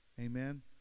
Amen